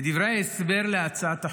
לפי דברי ההסבר להצעת החוק,